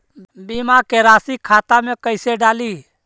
बीमा के रासी खाता में कैसे डाली?